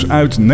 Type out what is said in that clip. uit